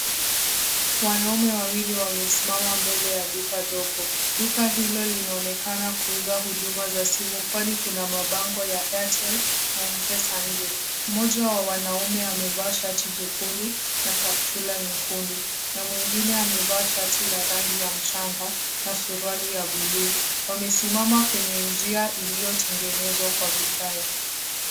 Wanaume wawili wamesimama mbele ya duka dogo. Duka hilo linaonekana kuuza huduma za simu, kwani kuna mabango ya Airtel na M-Pesa nje. Mmoja wa wanaume amevaa shati jekundu na kaptula nyekundu na mwingine amevaa shati la rangi ya mchanga na suruali ya blue . Wamesimama kwenye njia iliyotengenezwa kwa vigae.